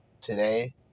today